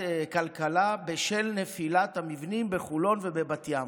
כלכלה בשל נפילת המבנים בחולון ובבת ים.